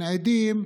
אין עדים,